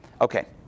Okay